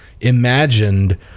imagined